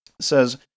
says